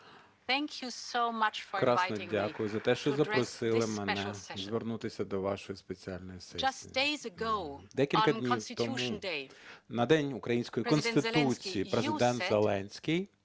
дякую за те, що запросили мене звернутися до вашої спеціальної сесії. Декілька днів тому, на День української Конституції, Президент Зеленський,